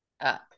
up